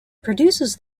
produces